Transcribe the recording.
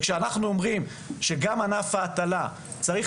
כשאנחנו אומרים שגם ענף ההטלה צריך